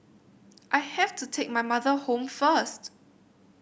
I have to take my mother home first